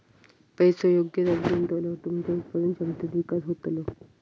पैसो योग्य जागी गुंतवल्यावर तुमच्या उत्पादन क्षमतेत विकास होतलो